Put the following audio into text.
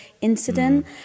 incident